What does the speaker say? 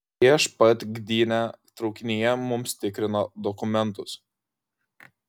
prieš pat gdynę traukinyje mums tikrino dokumentus